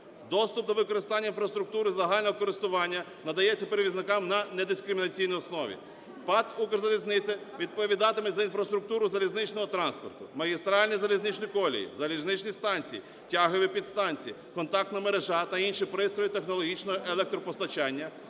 Доступ до використання інфраструктури загального користування надається перевізникам на недискримінаційній основі. ПАТ "Укрзалізниця" відповідатиме за інфраструктуру залізничного транспорту, магістральні залізничні колії, залізничні станції, тягові підстанції, контактна мережа та інші пристрої технологічного електропостачання,